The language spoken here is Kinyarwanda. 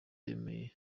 yemereye